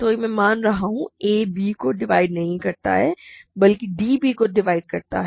मैं यह मान रहा हूँ कि a b को डिवाइड नहीं करता है बल्कि d b को डिवाइड करता है